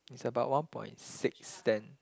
it's about one point six then